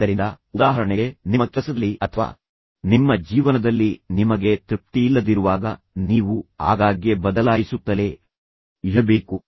ಆದ್ದರಿಂದ ಉದಾಹರಣೆಗೆ ನಿಮ್ಮ ಕೆಲಸದಲ್ಲಿ ಅಥವಾ ನಿಮ್ಮ ಜೀವನದಲ್ಲಿ ನಿಮಗೆ ತೃಪ್ತಿಯಿಲ್ಲದಿರುವಾಗ ನೀವು ಆಗಾಗ್ಗೆ ಬದಲಾಯಿಸುತ್ತಲೇ ಇರಬೇಕು